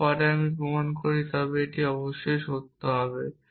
যদি আমি কিছু প্রমাণ করি তবে এটি অবশ্যই সত্য হবে